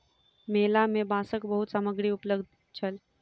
मेला में बांसक बहुत सामग्री उपलब्ध छल